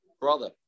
brother